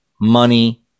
Money